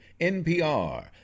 NPR